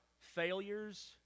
failures